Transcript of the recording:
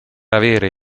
avere